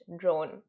drone